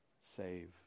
save